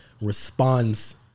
responds